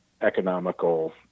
economical